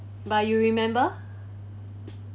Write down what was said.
but you remember